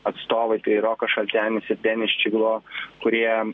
atstovai tai rokas šaltenis ir denis ščiglo kurie